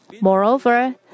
Moreover